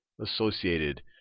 associated